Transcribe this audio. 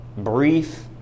brief